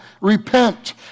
repent